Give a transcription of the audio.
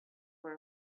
for